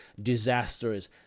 disastrous